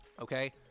okay